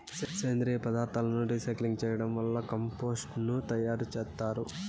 సేంద్రీయ పదార్థాలను రీసైక్లింగ్ చేయడం వల్ల కంపోస్టు ను తయారు చేత్తారు